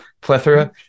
plethora